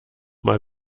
mal